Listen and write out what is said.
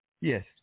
Yes